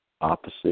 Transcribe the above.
opposite